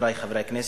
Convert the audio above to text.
חברי חברי הכנסת,